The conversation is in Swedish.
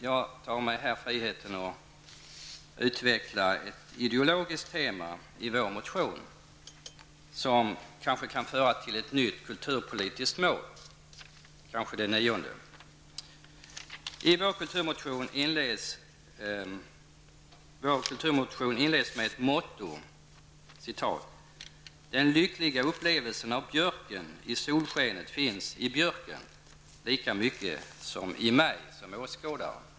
Jag tar mig här friheten att utveckla ett ideologiskt tema i vår motion, som kanske kan föra till ett nytt kulturpolitiskt mål -- det nionde. Vår kulturmotion inleds i år med mottot: ''Den lyckliga upplevelsen av björken i solskenet finns i björken lika mycket som i mig som åskådare.''